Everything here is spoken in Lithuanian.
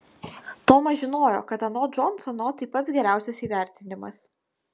tomas žinojo kad anot džonsono tai pats geriausias įvertinimas